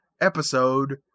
episode